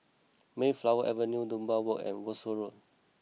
Mayflower Avenue Dunbar Walk and Wolskel Road